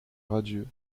radieux